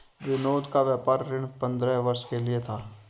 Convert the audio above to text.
विनोद का व्यापार ऋण पंद्रह वर्ष के लिए था